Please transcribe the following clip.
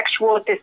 sexual